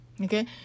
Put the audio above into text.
Okay